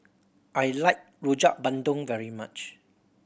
I like Rojak Bandung very much